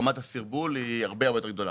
רמת הסרבול היא הרבה יותר גדולה.